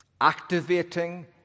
activating